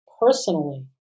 personally